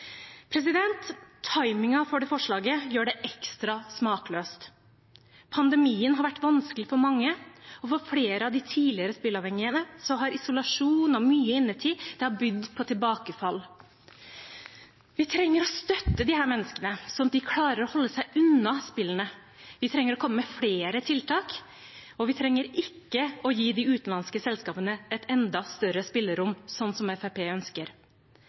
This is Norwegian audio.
ekstra smakløst. Pandemien har vært vanskelig for mange, og for flere av de tidligere spilleavhengige har isolasjon og mye innetid bydd på tilbakefall. Vi trenger å støtte disse menneskene, slik at de klarer å holde seg unna spillene. Vi trenger å komme med flere tiltak, og vi trenger ikke å gi de utenlandske selskapene et enda større spillerom, slik som Fremskrittspartiet ønsker.